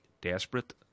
desperate